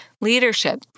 leadership